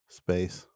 space